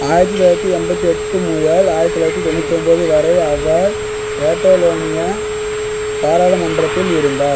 ஆயிரத்து தொள்ளாயிரத்து எண்பத்தி எட்டு முதல் ஆயிரத்து தொள்ளாயிரத்து தொண்ணுத்தொம்பது வரை அவர் கேட்டோலோனியா பாராளுமன்றத்தில் இருந்தார்